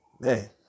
Man